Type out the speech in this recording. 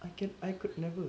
I can I could never